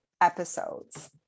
episodes